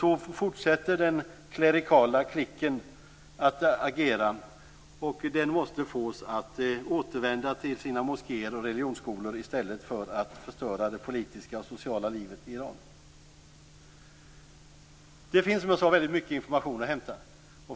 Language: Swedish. Så fortsätter den klerikala klicken att agera. Den måste fås att återvända till sina moskéer och religionsskolor i stället för att förstöra det politiska och sociala livet i Iran. Det finns som jag sade väldigt mycket information att hämta.